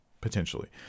potentially